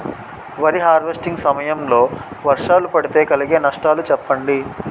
వరి హార్వెస్టింగ్ సమయం లో వర్షాలు పడితే కలిగే నష్టాలు చెప్పండి?